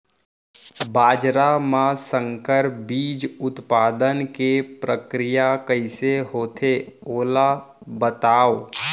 बाजरा मा संकर बीज उत्पादन के प्रक्रिया कइसे होथे ओला बताव?